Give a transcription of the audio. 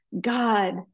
God